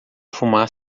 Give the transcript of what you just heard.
fumar